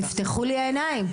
נפתחו לי העיניים.